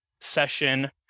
session